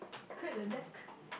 cleared the deck